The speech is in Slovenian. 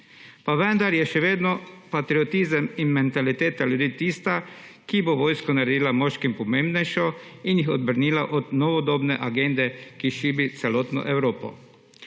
pa vendar sta še vedno patriotizem in mentaliteta ljudi tista, ki bosta vojsko naredila moškim pomembnejšo in jih odvrnila od novodobne agende, ki šibi celotno Evropo.